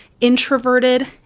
introverted